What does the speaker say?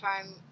time